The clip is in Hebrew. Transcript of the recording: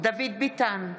דוד ביטן,